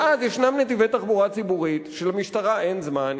ואז ישנם נתיבי תחבורה ציבורית שלמשטרה אין זמן,